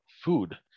food